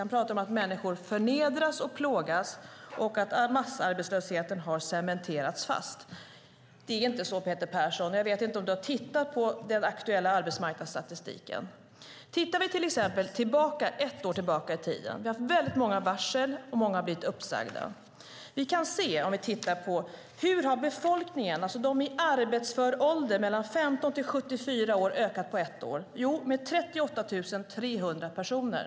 Han talade om att människor förnedras och plågas och att massarbetslösheten har cementerats fast. Det är inte så, Peter Persson. Jag vet inte om du har tittat på den aktuella arbetsmarknadsstatistiken. Vi kan till exempel titta ett år tillbaka i tiden. Vi har haft många varsel, och många har blivit uppsagda. Hur mycket har befolkningen, alltså antalet människor i arbetsför ålder mellan 15 och 74 år, ökat under ett år? Jo, det har skett en ökning med 38 300 personer.